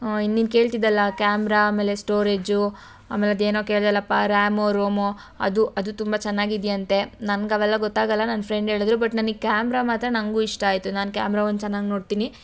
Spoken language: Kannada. ಇನ್ನು ನೀನು ಕೇಳ್ತಿದ್ಯಲ್ಲಾ ಕ್ಯಾಮ್ರ ಆಮೇಲೆ ಸ್ಟೋರೇಜು ಆಮೇಲೆ ಅದೇನೋ ಕೇಳಿದ್ಯಲ್ಲಪ್ಪಾ ರ್ಯಾಮು ರೋಮು ಅದು ಅದು ತುಂಬ ಚೆನ್ನಾಗಿದೆಯಂತೆ ನನ್ಗೆ ಅವೆಲ್ಲ ಗೊತ್ತಾಗೊಲ್ಲ ನನ್ನ ಫ್ರೆಂಡ್ ಹೇಳದ್ರು ಬಟ್ ನನಗ್ ಕ್ಯಾಮ್ರ ಮಾತ್ರ ನನಗು ಇಷ್ಟ ಆಯಿತು ನಾನು ಕ್ಯಾಮ್ರ ಒಂದು ಚೆನ್ನಾಗಿ ನೋಡ್ತೀನಿ